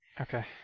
okay